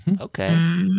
Okay